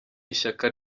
ishyaka